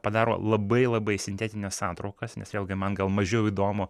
padaro labai labai sintetines santraukas nes vėlgi man gal mažiau įdomu